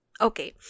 Okay